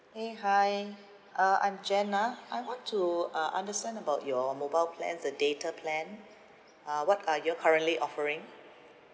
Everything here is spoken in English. eh hi uh I'm jenna I want to uh understand about your mobile plan the data plan uh what are you all currently offering